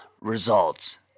results